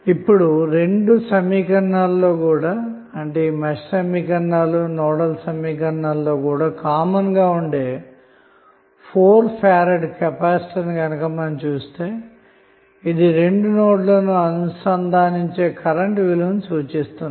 vlcsnap 2019 08 31 18h41m28s854 vlcsnap 2019 08 31 18h41m54s435 vlcsnap 2019 08 31 18h41m47s425 ఇప్పుడు రెండు సమీకరణాలలో కామన్ గా ఉండే 4 F కెపాసిటర్ను చుస్తే ఇది రెండు నోడ్లను అనుసంధానించే కరెంట్ విలువను సూచిస్తుంది